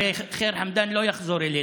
הרי ח'יר חמדאן לא יחזור אלינו,